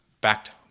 backed